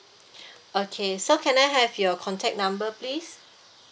okay so can I have your contact number please